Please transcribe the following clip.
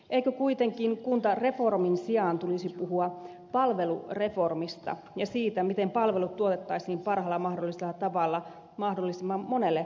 eikö kuitenkin kuntareformin sijaan tulisi puhua palvelureformista ja siitä miten palvelut tuotettaisiin parhaalla mahdollisella tavalla mahdollisemman monelle tarvitsijalle